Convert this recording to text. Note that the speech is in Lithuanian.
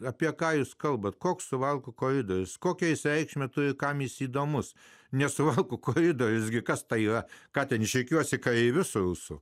apie ką jūs kalbate koks suvalkų koridorius kokią reikšmę turi kam jis įdomus nes suvalkų koridorius gi kas tai ką ten žygiuosi kai viso jūsų